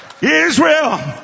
Israel